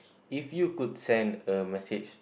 if you could send a message